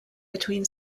between